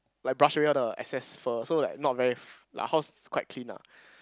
like brush away all the excess fur so like not very f~ like our house is quite clean lah